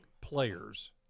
players